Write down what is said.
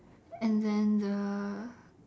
and then the